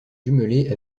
jumelée